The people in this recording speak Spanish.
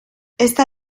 esta